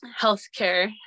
healthcare